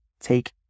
Take